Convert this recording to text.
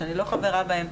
שאני לא חברה בהן.